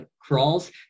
crawls